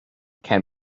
can